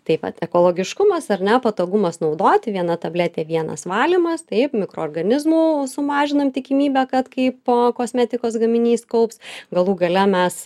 taip pat ekologiškumas ar ne patogumas naudoti viena tabletė vienas valymas taip mikroorganizmų sumažinam tikimybę kad kai po kosmetikos gaminys kaups galų gale mes